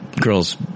girl's